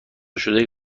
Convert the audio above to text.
شده